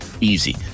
easy